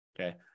Okay